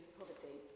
poverty